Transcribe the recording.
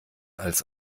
als